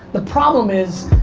the problem is,